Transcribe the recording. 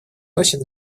носит